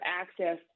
access